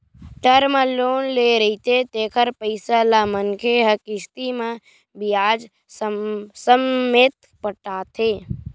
term loan ले रहिथे तेखर पइसा ल मनखे ह किस्ती म बियाज ससमेत पटाथे